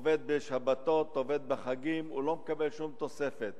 עובד בשבתות, עובד בחגים, והוא לא מקבל שום תוספת.